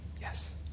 yes